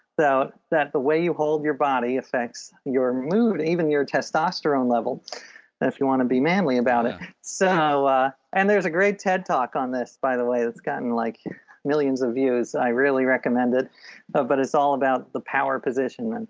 that the way you hold your body affects your mood, even your testosterone level and if you want to be manly about it so, and there is a great ted-talk on this by the way that's gotten like millions of views, i really recommend it but but it's all about the power positioning, and